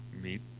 meet